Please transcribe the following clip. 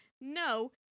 No